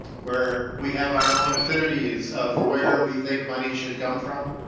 where we have our own affinities of where we think money should come from?